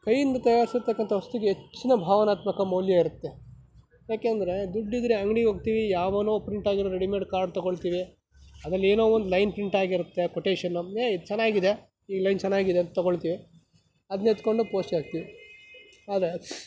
ಕೈಯಿಂದ ತಯಾರಿಸಿರತಕ್ಕಂಥ ವಸ್ತುಗೆ ಹೆಚ್ಚಿನ ಭಾವನಾತ್ಮಕ ಮೌಲ್ಯಯಿರತ್ತೆ ಯಾಕೆಂದರೆ ದುಡ್ಡಿದ್ದರೆ ಅಂಗಡಿಗೆ ಹೋಗ್ತೀವಿ ಯಾವನೋ ಪ್ರಿಂಟ್ ಹಾಕಿದ ರೆಡಿಮೇಡ್ ಕಾರ್ಡ್ ತೊಗೊಳ್ತೀವಿ ಅದರಲ್ಲಿ ಏನೋ ಒಂದು ಲೈನ್ ಪ್ರಿಂಟಾಗಿರುತ್ತೆ ಕೊಟೇಶನ್ನು ಏಯ್ ಇದು ಚೆನ್ನಾಗಿದೆ ಈ ಲೈನ್ ಚೆನ್ನಾಗಿದೆ ಅಂತ ತೊಗೊಳ್ತೀವಿ ಅದನ್ನ ಎತ್ಕೊಂಡು ಪೋಸ್ಟ್ಗೆ ಹಾಕ್ತೀವಿ ಆದರೆ